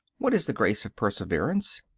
what is the grace of perseverance?